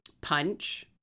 punch